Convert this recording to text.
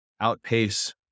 outpace